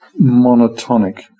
monotonic